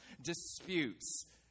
disputes